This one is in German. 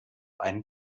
einen